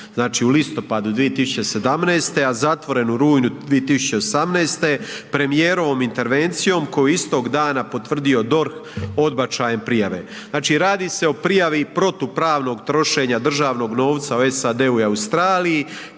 u listopadu 2017., a zatvoren u rujnu 2018. premijerovom intervencijom koju je istog dana potvrdio DORH odbačajem prijave. Znači radi se o prijavi protupravnog trošenja državnog novca u SAD-u i Australiji